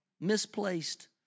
misplaced